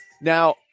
Now